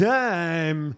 time